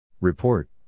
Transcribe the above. Report